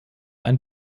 ein